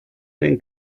den